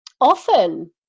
often